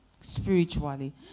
spiritually